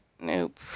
Nope